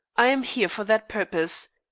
i am here for that purpose.